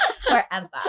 Forever